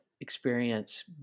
experience